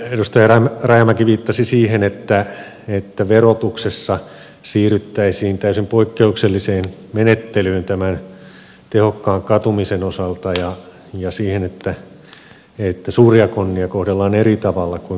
edustaja rajamäki viittasi siihen että verotuksessa siirryttäisiin täysin poikkeukselliseen menettelyyn tämän tehokkaan katumisen osalta ja siihen että suuria konnia kohdellaan eri tavalla kuin pieniä konnia